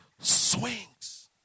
swings